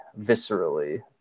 viscerally